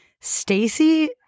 stacy